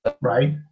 right